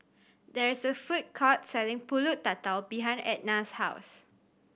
there is a food court selling Pulut Tatal behind Etna's house